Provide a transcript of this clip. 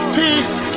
peace